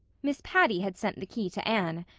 miss patty had sent the key to anne,